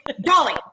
Dolly